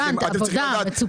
מצופה.